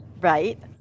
Right